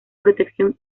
protección